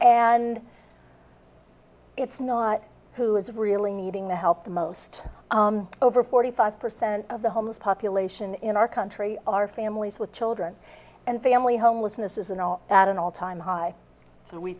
and it's not who is really needing the help the most over forty five percent of the homeless population in our country are families with children and family homelessness is an at an all time high